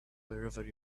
wherever